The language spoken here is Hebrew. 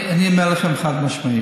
אני אומר לכם חד-משמעית,